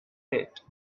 pit